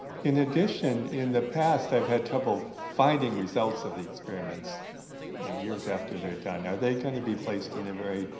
in addition in the past i've had trouble finding results of the experiments years after they're done. are they going to be placed in a very